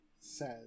says